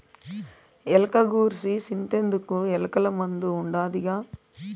ఎలక గూర్సి సింతెందుకు, ఎలకల మందు ఉండాదిగా